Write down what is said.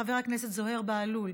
חבר הכנסת זוהיר בהלול,